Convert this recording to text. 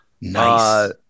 Nice